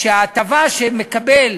שההטבה שמקבל